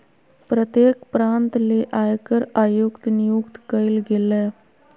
प्रत्येक प्रांत ले आयकर आयुक्त नियुक्त कइल गेलय